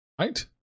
Right